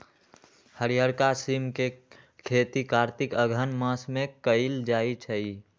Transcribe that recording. हरियरका सिम के खेती कार्तिक अगहन मास में कएल जाइ छइ